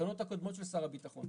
בתקנות הקודמות של שר הביטחון,